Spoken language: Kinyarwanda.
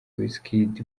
wizkid